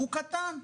הוא קטן.